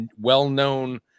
well-known